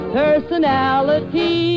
personality